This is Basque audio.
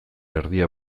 erdia